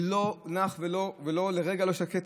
ולא נח ולרגע לא שקט.